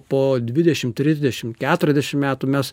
po dvidešim trisdešim keturiasdešim metų mes